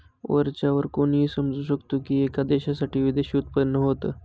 वरच्या वर कोणीही समजू शकतो की, एका देशासाठी विदेशी उत्पन्न होत